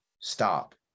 stop